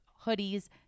hoodies